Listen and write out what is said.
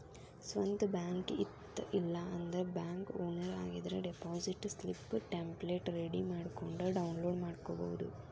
ಸ್ವಂತ್ ಬ್ಯಾಂಕ್ ಇತ್ತ ಇಲ್ಲಾಂದ್ರ ಬ್ಯಾಂಕ್ ಓನರ್ ಆಗಿದ್ರ ಡೆಪಾಸಿಟ್ ಸ್ಲಿಪ್ ಟೆಂಪ್ಲೆಟ್ ರೆಡಿ ಮಾಡ್ಕೊಂಡ್ ಡೌನ್ಲೋಡ್ ಮಾಡ್ಕೊಬೋದು